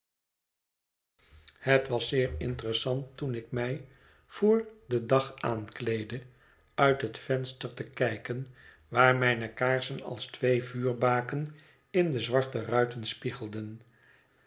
het was zeer interessant toen ik mij voor den dag aankleedde uit het venster te kijken waar mijne kaarsen als twee vuurbaken in de zwarte ruiten spiegelden